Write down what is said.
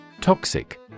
Toxic